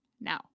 now